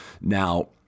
now